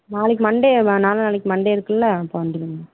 நாளைக்கு மண்டே வேணாம் நாளைக்கு மண்டே இருக்குதுல்ல அப்போ வந்துடுங்க